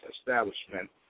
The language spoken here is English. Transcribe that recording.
establishment